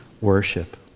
worship